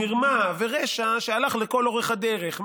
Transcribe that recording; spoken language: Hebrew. מרמה ורשע שהלכו לכל אורך הדרך,